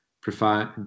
provide